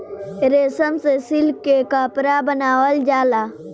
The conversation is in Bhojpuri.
रेशम से सिल्क के कपड़ा बनावल जाला